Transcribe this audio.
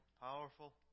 Powerful